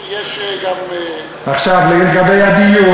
חירום גם לגבי יוקר הדיור,